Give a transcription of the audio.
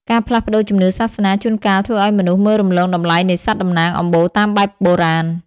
ការផ្លាស់ប្តូរជំនឿសាសនា ជួនកាលធ្វើឱ្យមនុស្សមើលរំលងតម្លៃនៃសត្វតំណាងអំបូរតាមបែបបុរាណ។